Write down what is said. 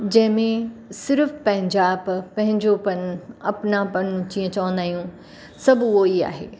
जंहिंमें सिर्फ़ु पंहिंजाप पंहिंजो पण अपना पण जीअं चवंदा आहियूं सभु उहो ई आहे